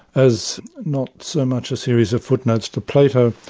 as not so much a series of footnotes to plato,